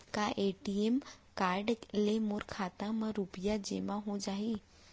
का ATM card ले मोर खाता म रुपिया जेमा हो जाही?